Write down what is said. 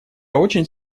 очень